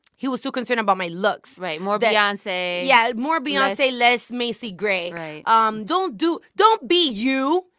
he was too concerned about my looks right. more beyonce. yeah. more beyonce, less macy gray right um don't do don't be you,